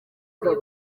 buri